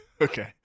Okay